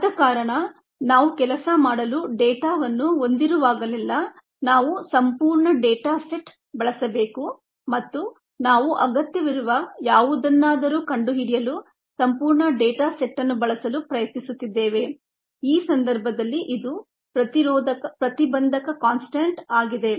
ಆದ ಕಾರಣ ನಾವು ಕೆಲಸ ಮಾಡಲು ಡೇಟಾವನ್ನು ಹೊಂದಿರುವಾಗಲೆಲ್ಲಾ ನಾವು ಸಂಪೂರ್ಣ ಡೇಟಾ ಸೆಟ್ ಬಳಸಬೇಕು ಮತ್ತು ನಾವು ಅಗತ್ಯವಿರುವ ಯಾವುದಾದರನ್ನು ಕಂಡುಹಿಡಿಯಲು ಸಂಪೂರ್ಣ ಡೇಟಾ ಸೆಟ್ನ್ನು ಬಳಸಲು ಪ್ರಯತ್ನಿಸುತ್ತಿದ್ದೇವೆ ಈ ಸಂದರ್ಭದಲ್ಲಿ ಇದು ಪ್ರತಿಬಂಧಕ ಕಾನ್ಸ್ಟಂಟ್ ಆಗಿದೆ